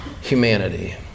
humanity